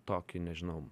tokį nežinau